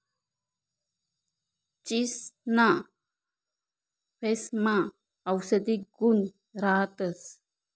चीचसना फयेसमा औषधी गुण राहतंस